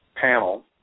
panel